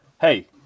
Hey